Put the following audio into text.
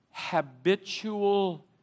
habitual